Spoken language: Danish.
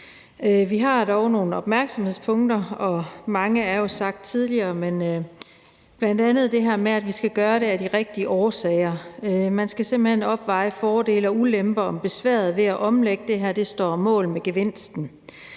Vi har dog nogle opmærksomhedspunkter, og mange er jo nævnt tidligere, men der er bl.a. det her med, at vi skal gøre det af de rigtige årsager. Man skal simpelt hen opveje fordele og ulemper, i forhold til om besværet ved at omlægge det står mål med gevinsten.